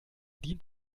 dient